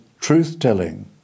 truth-telling